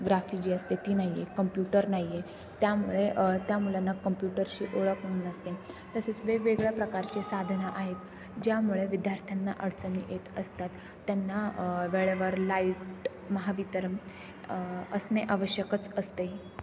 ग्राफीजी असते ती नाही आहे कम्प्युटर नाही आहे त्यामुळे त्या मुलांना कम्प्युटरशी ओळखच नसते तसेच वेगवेगळ्या प्रकारचे साधनं आहेत ज्यामुळे विद्यार्थ्यांना अडचणी येत असतात त्यांना वेळेवर लाईट महावितरण असणे आवश्यकच असते